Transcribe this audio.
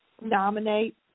nominate